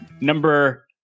number